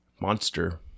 Monster